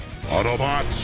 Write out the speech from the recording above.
Autobots